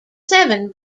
seven